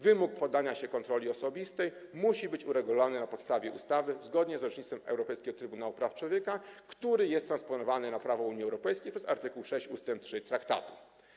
Wymóg poddania się kontroli osobistej musi być uregulowany na podstawie ustawy, zgodnie z orzecznictwem Europejskiego Trybunału Praw Człowieka, co jest transponowane na prawo Unii Europejskiej, to jest art. 6 ust. 3 traktatu.